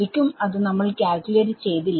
ശരിക്കും അത് നമ്മൾ കാൽക്യൂലേറ്റ് ചെയ്യില്ല